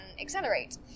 accelerate